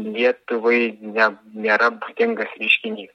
lietuvai ne nėra būdingas reiškinys